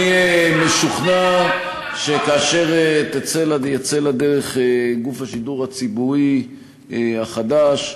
אני משוכנע שכאשר יצא לדרך גוף השידור הציבורי החדש,